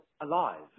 alive